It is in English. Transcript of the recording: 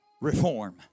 Reform